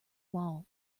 wall